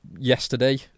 yesterday